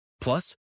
Plus